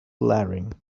blaring